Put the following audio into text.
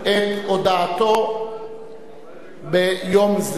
את הודעתו ביום זה.